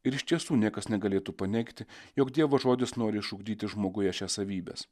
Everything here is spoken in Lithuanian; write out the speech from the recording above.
ir iš tiesų niekas negalėtų paneigti jog dievo žodis nori išugdyti žmoguje šias savybes